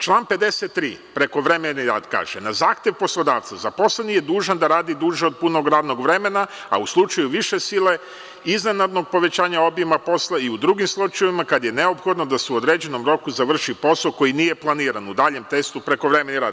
Član 53. prekovremeni rad kaže- na zahtev poslodavca zaposleni je dužan da radi duže od punog radnog vremena, a u slučaju više sile iznenadnog povećanja obima posla i u drugim slučajevima kad je neophodno da se u određenom roku završi posao koji nije planiran, u daljem tekstu prekovremeni rad.